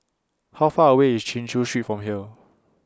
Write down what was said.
How Far away IS Chin Chew Street from here